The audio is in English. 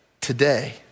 today